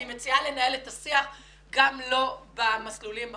אני מציעה לנהל את השיח גם לא במסלולים הפורמליים.